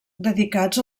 dedicats